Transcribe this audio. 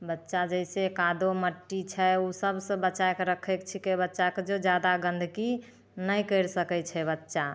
बच्चा जैसे कादो मट्टी छै उ सबसँ बचाय कऽ रखय छिकै बच्चाके जे जादा गन्दगी नहि करि सकय छै बच्चा